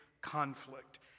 conflict